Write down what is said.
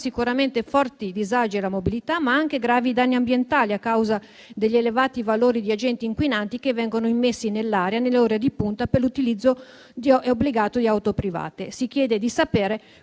sicuramente forti disagi alla mobilità, ma anche gravi danni ambientali, a causa degli elevati valori di agenti inquinanti che vengono immessi nell'aria nelle ore di punta per l'utilizzo obbligato di auto private. Si chiede di sapere quale